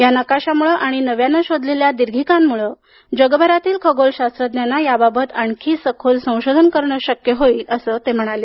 या नकाशामुळे आणि नव्याने शोधलेल्या दीर्घिकांमुळे जगभरातील खगोलशास्त्रज्ञांना याबाबत आणखी सखोल संशोधन करणे शक्य होईल असं ते म्हणाले